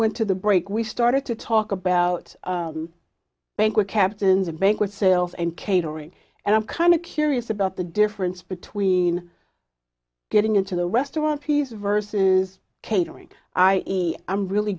went to the break we started to talk about banquet captains and banquet sales and catering and i'm kind of curious about the difference between getting into the restaurant piece versus catering i e i'm really